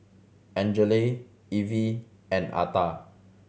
Angele Ivie and Atha